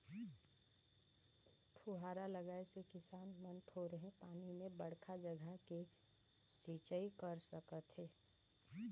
फुहारा लगाए से किसान मन थोरहें पानी में बड़खा जघा के सिंचई कर सकथें